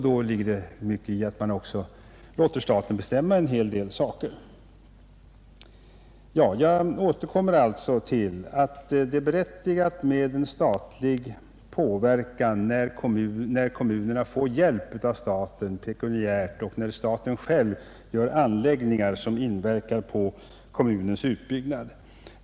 Det ligger då mycket i att kommunerna också låter staten bestämma en hel del. Jag återkommer alltså till att det är berättigat med en statlig påverkan när kommunerna får pekuniär hjälp av staten och när staten själv gör anläggningar som inverkar på kommunernas utbyggnad.